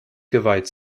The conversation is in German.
geweiht